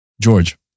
George